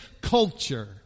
culture